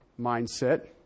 mindset